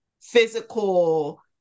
physical